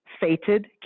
fated